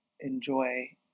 enjoy